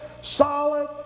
solid